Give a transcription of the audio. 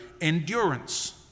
endurance